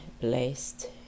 blessed